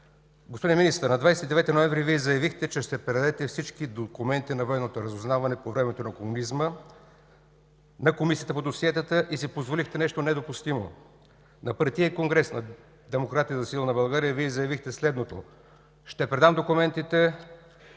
Господин Министър, на 29 ноември 2014 г. Вие заявихте, че ще предадете всички документи на Военното разузнаване по времето на комунизма на Комисията по досиетата, и си позволихте нещо недопустимо – на партиен конгрес на Демократи за силна България Вие заявихте следното: „Ще предам документите,